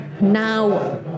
now